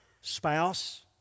spouse